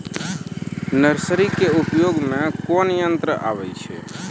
Nursery के उपयोग मे कोन यंत्र आबै छै?